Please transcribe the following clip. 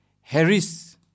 Harris